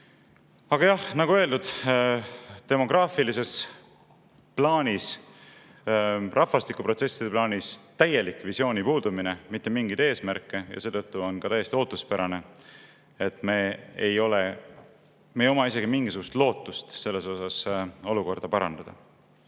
Aga jah, nagu öeldud, demograafilises plaanis, rahvastikuprotsesside plaanis on täielik visiooni puudumine. Mitte mingeid eesmärke! Ja seetõttu on täiesti ootuspärane, et meil pole isegi mingisugust lootust seda olukorda parandada.